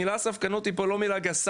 המילה ספקנות היא פה לא מילה גסה,